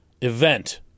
event